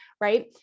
right